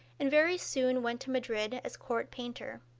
and very soon went to madrid as court painter.